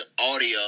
audio